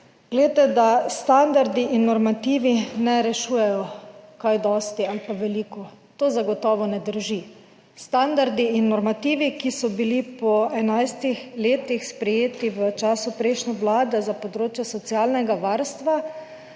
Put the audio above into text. Glejte, da standardi in normativi ne rešujejo kaj dosti ali pa veliko, to zagotovo ne drži. Standardi in normativi, ki so bili po 11 letih sprejeti v času prejšnje vlade za področje socialnega varstva,